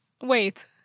Wait